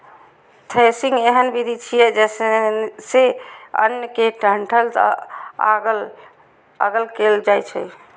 threshing एहन विधि छियै, जइसे अन्न कें डंठल सं अगल कैल जाए छै